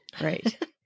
right